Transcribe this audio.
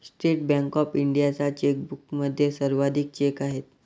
state bank of इंडियाच्या चेकबुकमध्ये सर्वाधिक चेक आहेत